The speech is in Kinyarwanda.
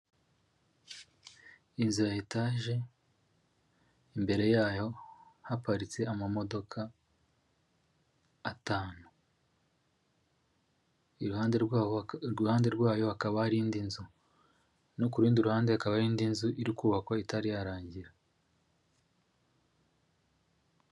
Inzu ya etaje imbere yayo haparitse amamodoka atanu. Iruhande rwayo hakaba hari indi nzu, no ku rundi ruhande haba hari indi nzu iri kubakwa itari yarangira.